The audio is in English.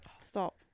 Stop